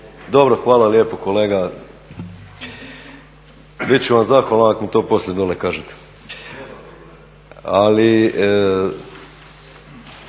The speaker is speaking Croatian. Dobro hvala lijepo kolega bit ću vam zahvalan ako mi to poslije dolje kažete. Ali